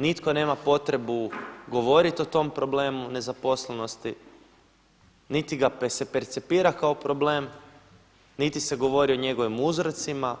Nažalost nitko nema potrebu govoriti o tom problemu nezaposlenosti, niti ga se percipira kao problem, niti se govori o njegovim uzrocima,